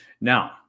Now